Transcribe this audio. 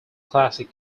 classic